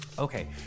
Okay